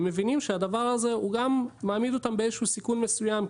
הם מבינים שהדבר הזה הוא גם מעמיד אותם באיזשהו סיכון מסוים.